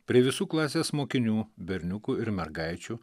prie visų klasės mokinių berniukų ir mergaičių